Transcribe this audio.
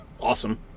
awesome